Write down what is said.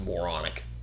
moronic